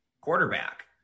quarterback